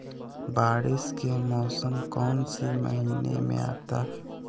बारिस के मौसम कौन सी महीने में आता है?